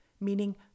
meaning